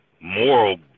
moral